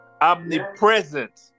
omnipresent